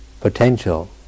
potential